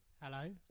Hello